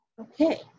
Okay